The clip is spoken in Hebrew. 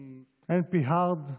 NP-hard,